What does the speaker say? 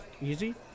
Easy